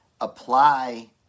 apply